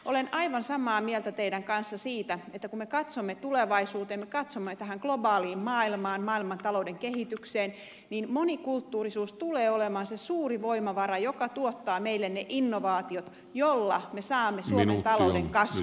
olen aivan samaa mieltä teidän kanssanne siitä että kun me katsomme tulevaisuuteen me katsomme tähän globaaliin maailmaan maailmantalouden kehitykseen niin monikulttuurisuus tulee olemaan se suuri voimavara joka tuottaa meille ne innovaatiot joilla me saamme suomen talouden kasvuun